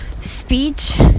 speech